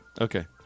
Okay